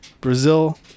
Brazil